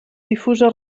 difusa